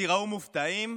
תיראו מופתעים,